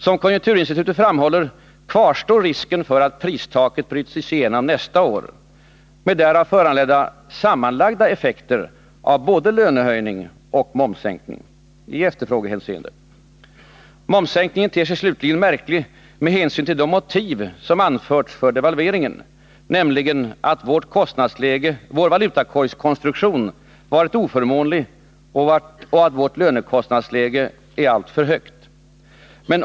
Som konjunkturinstitutet framhåller. kvarstår risken för att pristaket bryts igenom nästa år med därav föranledda sammanlagda effekter i efterfrågehänseende av både lönehöjning och momssänkning. Momssänkningen ter sig slutligen märklig med hänsyn till devalveringens direkt åberopade motiv, nämligen att vår valutakorgskonstruktion varit oförmånlig och att vårt lönekostnadsläge är alltför högt.